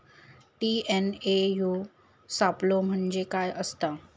TNAU सापलो म्हणजे काय असतां?